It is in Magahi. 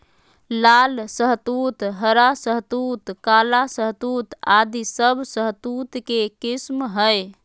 लाल शहतूत, हरा शहतूत, काला शहतूत आदि सब शहतूत के किस्म हय